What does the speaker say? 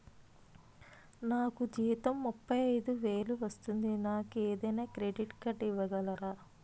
నాకు జీతం ముప్పై ఐదు వేలు వస్తుంది నాకు ఏదైనా క్రెడిట్ కార్డ్ ఇవ్వగలరా?